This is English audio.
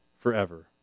forever